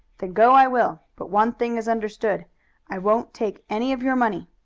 then go i will, but one thing is understood i won't take any of your money.